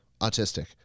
autistic